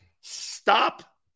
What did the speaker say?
Stop